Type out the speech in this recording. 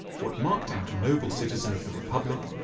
what marked out a noble citizen of the republic,